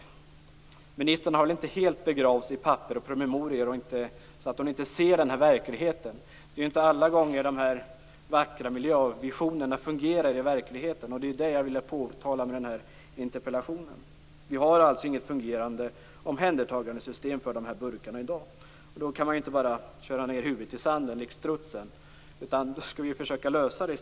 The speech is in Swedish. Ministern har väl inte helt begravts i papper och promemorior så att hon inte ser verkligheten. Det är ju inte alla gånger som de vackra miljövisionerna fungerar i verkligheten. Det är detta som jag velat påtala i min interpellation. Vi har alltså inget fungerande omhändertagandesystem i dag för de här burkarna. Då kan man inte likt strutsen bara köra ned huvudet i sanden. I stället måste vi försöka lösa detta.